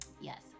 Yes